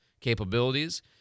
capabilities